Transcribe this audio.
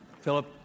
Philip